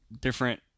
different